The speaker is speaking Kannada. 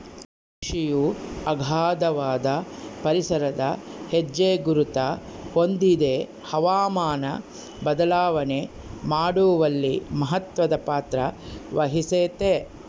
ಕೃಷಿಯು ಅಗಾಧವಾದ ಪರಿಸರದ ಹೆಜ್ಜೆಗುರುತ ಹೊಂದಿದೆ ಹವಾಮಾನ ಬದಲಾವಣೆ ಮಾಡುವಲ್ಲಿ ಮಹತ್ವದ ಪಾತ್ರವಹಿಸೆತೆ